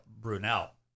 Brunel